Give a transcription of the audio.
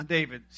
David